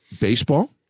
baseball